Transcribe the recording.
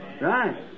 Right